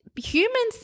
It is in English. humans